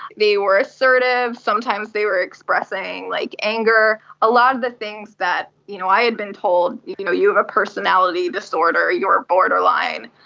they were assertive, sometimes they were expressing like anger, a lot of the things that you know i had been told, you know, you have a personality disorder, you're borderline.